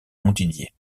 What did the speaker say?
montdidier